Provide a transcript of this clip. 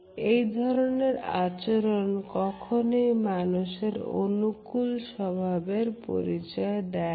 এই ধরনের আচরণ কখনোই মানুষের অনুকূল স্বভাবের পরিচয় দেয় না